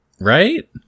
Right